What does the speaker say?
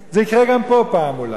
זה יקרה גם פה פעם, אולי.